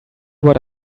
what